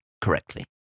correctly